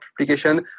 application